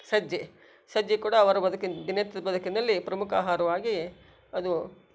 ಸಜ್ಜೆ ಸಜ್ಜೆ ಕೂಡ ಅವರ ಬದುಕಿನ ದಿನನಿತ್ಯದ ಬದುಕಿನಲ್ಲಿ ಪ್ರಮುಖ ಆಹಾರವಾಗಿ ಅದು